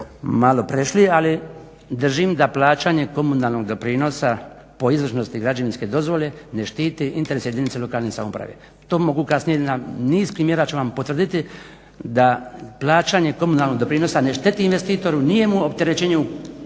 malo prešli ali držim da plaćanje komunalnog doprinosa po izvršnosti građevinske dozvole ne štiti interese jedinice lokalne samouprave. To mogu kasnije na niz primjera ću vam potvrditi da plaćanje komunalnog doprinosa ne šteti investitoru, nije mu opterećenje